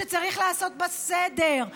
שצריך לעשות בה סדר,